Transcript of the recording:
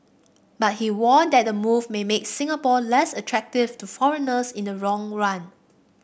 but he warned that the move may make Singapore less attractive to foreigners in the long run